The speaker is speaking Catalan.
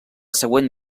següent